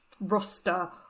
roster